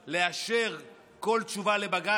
לאשר כל תשובה לבג"ץ,